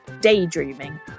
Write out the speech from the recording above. daydreaming